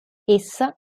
essa